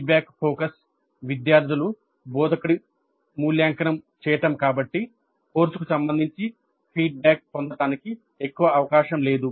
feedback focus విద్యార్థుల బోధకుడి మూల్యాంకనం కాబట్టి కోర్సుకు సంబంధించి ఫీడ్బ్యాక్ పొందడానికి ఎక్కువ అవకాశం లేదు